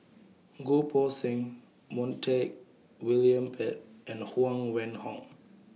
Goh Poh Seng Montague William Pett and Huang Wenhong